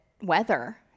weather